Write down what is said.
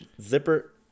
Zipper